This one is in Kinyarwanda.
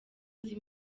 izi